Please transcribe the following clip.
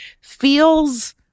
feels